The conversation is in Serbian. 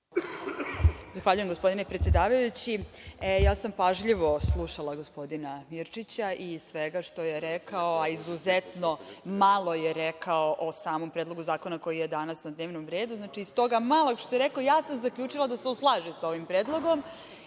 Zahvaljujem, gospodine predsedavajući. Pažljivo sam slušala gospodina Mirčića i iz svega što je rekao, a izuzetno malo je rekao o samom predlogu zakona koji je danas na dnevnom redu, znači iz toga malo što je rekao, ja sam zaključila da se on slaže sa ovim predlogom